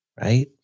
right